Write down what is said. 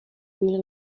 ibili